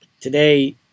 Today